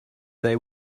they